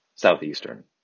Southeastern